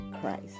Christ